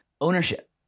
ownership